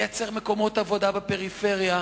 לייצר מקומות עבודה בפריפריה?